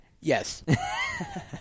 Yes